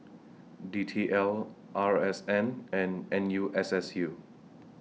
D T L R S N and N U S S U